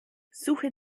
suche